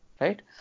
right